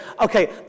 okay